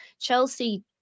Chelsea